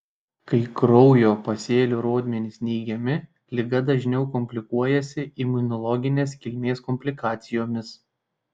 kai kraujo pasėlių rodmenys neigiami liga dažniau komplikuojasi imunologinės kilmės komplikacijomis